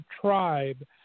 tribe